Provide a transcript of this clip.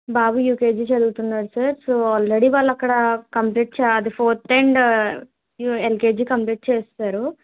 బాబు UKG చదువుతున్నాడు sir so already వాళ్ళక్కడ complete చేయాలి అది ఫోర్త్ అండ్ ఎల్కేజీ కంప్లీట్ చేసేశారు